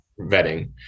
vetting